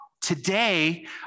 today